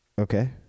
Okay